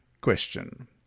Question